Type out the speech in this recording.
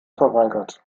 verweigert